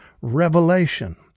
revelation